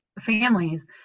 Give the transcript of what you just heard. families